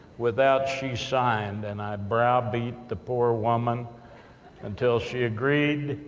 without she signed, and i browbeat the poor woman until she agreed,